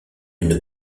une